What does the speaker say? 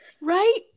right